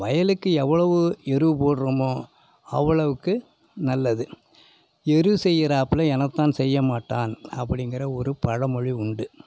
வயலுக்கு எவ்வளவு எருவு போடுறமோ அவளவுக்கு நல்லது எரு செய்யறாப்ல எனத்தான் செய்யமாட்டான் அப்படிங்குற ஒரு பழமொலி உண்டு